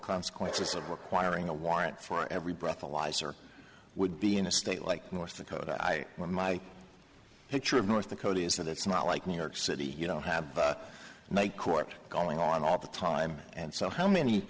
consequences of requiring a warrant for every breathalyzer would be in a state like north dakota i when my picture of north dakota is that it's not like new york city you don't have a court going on all the time and so how many